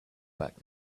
back